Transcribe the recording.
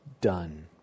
done